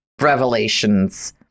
revelations